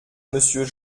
monsieur